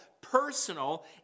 personal